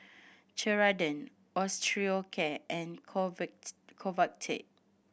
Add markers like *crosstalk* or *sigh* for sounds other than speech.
Ceradan Osteocare and *unintelligible* Convatec